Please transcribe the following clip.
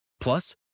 Plus